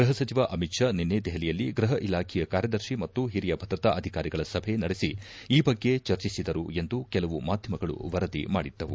ಗೃಹ ಸಚಿವ ಅಮಿತ್ ಷಾ ನಿನ್ನೆ ದೆಹಲಿಯಲ್ಲಿ ಗೃಹ ಇಲಾಖೆಯ ಕಾರ್ಯದರ್ಶಿ ಮತ್ತು ಹಿರಿಯ ಭದ್ರತಾ ಅಧಿಕಾರಿಗಳ ಸಭೆ ನಡೆಸಿ ಈ ಬಗ್ಗೆ ಚರ್ಚಿಸಿದರು ಎಂದು ಕೆಲವು ಮಾಧ್ಯಮಗಳು ವರದಿ ಮಾಡಿದ್ದವು